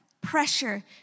pressure